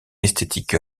esthétique